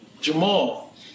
Jamal